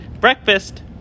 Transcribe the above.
Breakfast